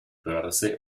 börse